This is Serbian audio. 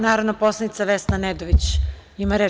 Narodna poslanica Vesna Nedović ima reč.